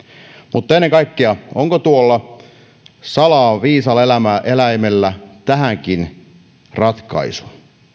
mutta ennen kaikkea onko tuolla salaa viisaalla eläimellä tähänkin ratkaisu